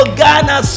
Ghana